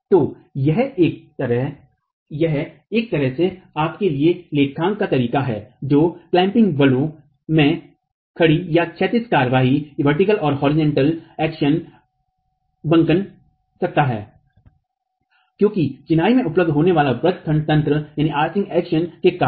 तो यह एक तरह से आपके लिए लेखांकन का तरीका है जो क्लैम्पिंग बलों में खड़ी या क्षैतिज कार्रवाई को बंकन सकता है क्योंकि चिनाई में उपलब्ध होने वाले व्रत खंड तंत्र के कारण